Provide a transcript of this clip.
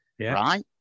right